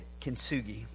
kintsugi